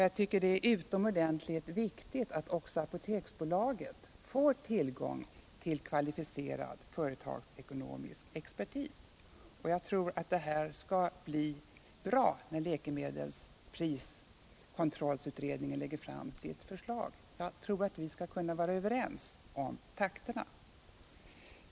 Jag tycker att det är utomordentligt viktigt att Apoteksbolaget också i sin styrelse får tillgång till kvalificerad företagsekonomisk expertis, och jag tror att det skall bli bra när vi får en effektiv prisövervakning i alla led. Jag tror att vi skall kunna bli överens om takterna.